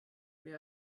wir